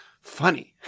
funny